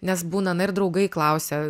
nes būna na ir draugai klausia